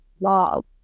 love